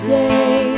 day